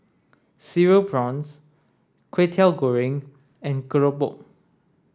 cereal prawns Kwetiau Goreng and Keropok